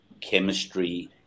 chemistry